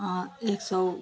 एक सौ